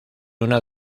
una